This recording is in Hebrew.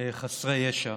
חסרי ישע.